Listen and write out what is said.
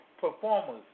performers